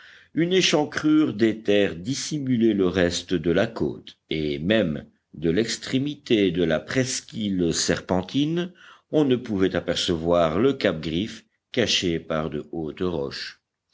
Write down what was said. une échancrure des terres dissimulait le reste de la côte et même de l'extrémité de la presqu'île serpentine on ne pouvait apercevoir le cap griffe caché par de hautes roches